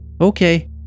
Okay